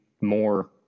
more